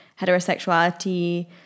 heterosexuality